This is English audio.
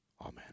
Amen